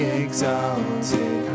exalted